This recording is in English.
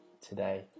today